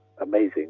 amazing